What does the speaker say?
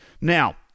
Now